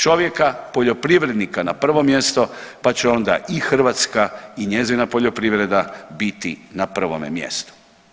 Čovjeka poljoprivrednika na prvo mjesto pa će onda i Hrvatska i njezina poljoprivreda biti na prvome mjestu.